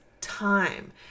time